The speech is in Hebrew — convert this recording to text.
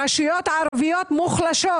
הרשויות הערביות מוחלשות,